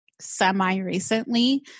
semi-recently